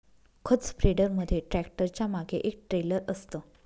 खत स्प्रेडर मध्ये ट्रॅक्टरच्या मागे एक ट्रेलर असतं